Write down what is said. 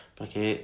Perché